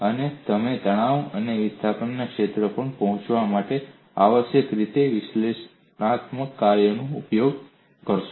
અને તમે તણાવ અને વિસ્થાપન ક્ષેત્રો પર પહોંચવા માટે આવશ્યકપણે વિશ્લેષણાત્મક કાર્યોનો ઉપયોગ કરશો